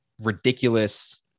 ridiculous